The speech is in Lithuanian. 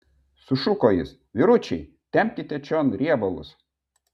sušuko jis vyručiai tempkite čion riebalus